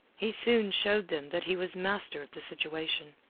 he soon showed them that he was master of the situation.